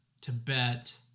Tibet